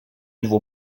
vois